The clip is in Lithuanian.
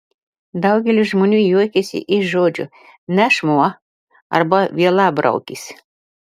daugelis žmonių juokiasi iš žodžio nešmuo arba vielabraukis